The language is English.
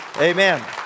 Amen